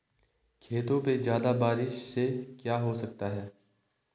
खेतों पे ज्यादा बारिश से क्या हो सकता है?